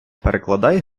перекладай